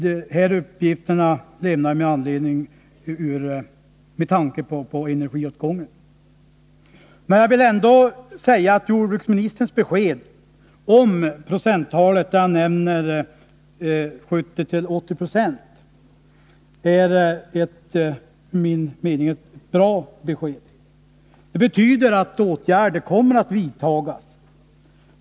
De här uppgifterna lämnar jag med tanke på energiåtgången. Jag vill ändå säga att jordbruksministerns besked om en återvinningsgrad av 70-80 96 är bra. Det betyder att åtgärder kommer att vidtagas.